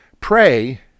Pray